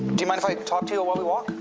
do you mind if i talk to you while we walk?